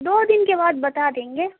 دو دن کے بعد بتا دیں گے